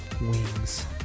wings